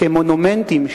כשהם מונומנטים,